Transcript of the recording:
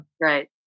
Right